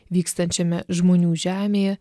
vykstančiame žmonių žemėje